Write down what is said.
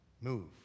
move